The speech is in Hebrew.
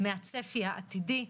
מהצפי העתידי.